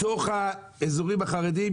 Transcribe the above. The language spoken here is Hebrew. בתוך האזורים החרדיים,